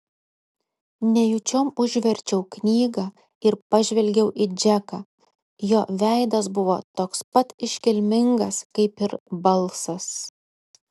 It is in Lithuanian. nejučiom užverčiau knygą ir pažvelgiau į džeką jo veidas buvo toks pat iškilmingas kaip ir balsas